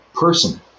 person